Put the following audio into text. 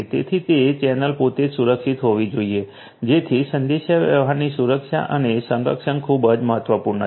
તેથી તે ચેનલ પોતે જ સુરક્ષિત હોવી જોઈએ જેથી સંદેશાવ્યવહારની સુરક્ષા અને સંરક્ષણ ખૂબ જ મહત્વપૂર્ણ છે